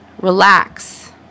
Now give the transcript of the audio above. relax